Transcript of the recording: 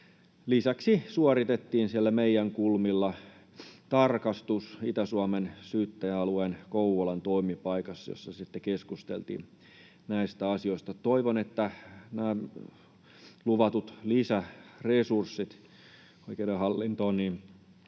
Lisäksi suoritettiin siellä meidän kulmillamme tarkastus Itä-Suomen syyttäjäalueen Kouvolan toimipaikassa, jossa sitten keskusteltiin näistä asioista. Toivon, että nämä luvatut lisäresurssit oikeudenhallintoon